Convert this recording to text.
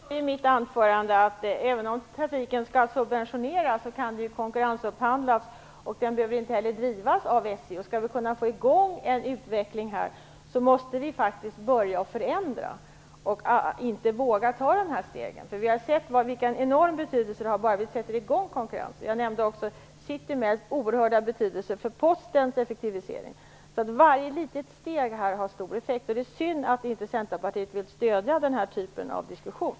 Herr talman! Jag sade i mitt anförande att även om trafiken skall subventioneras så kan den konkurrensupphandlas. Den behöver inte heller drivas av SJ. Skall vi kunna få i gång en utveckling så måste vi faktiskt börja förändra och våga ta de här stegen. Vi har sett vilken enorm betydelse det har bara vi sätter i gång konkurrensen. Jag nämnde också Citymails oerhörda betydelse för Postens effektivisering. Varje litet steg har stor effekt. Det är synd att inte Centerpartiet vill stödja den här typen av diskussion.